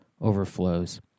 overflows